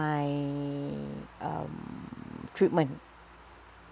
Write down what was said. my um treatment